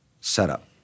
setup